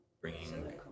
bringing